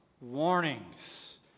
warnings